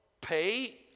pay